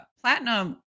Platinum